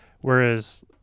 whereas